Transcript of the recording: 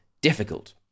difficult